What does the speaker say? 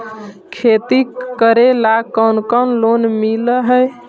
खेती करेला कौन कौन लोन मिल हइ?